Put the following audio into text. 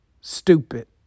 Stupid